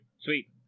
Sweet